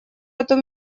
эту